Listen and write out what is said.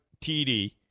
TD